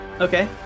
Okay